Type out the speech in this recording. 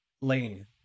Lane